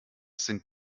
sind